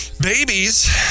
Babies